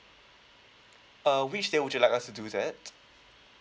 err which day would you like us to do that